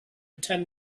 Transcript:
ten